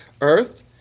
earth